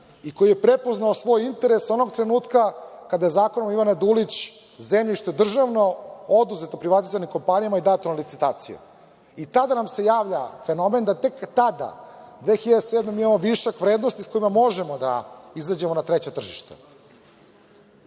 i koji je prepoznao svoj interes onog trenutka kada je zakonom Ivana Dulić zemljište državno oduzeto privatizovanim kompanijama i dato na licitaciju. Tada nam se javlja fenomen da tek tada, 2007. godine, mi imamo višak vrednosti sa kojom možemo da izađemo na treća tržišta.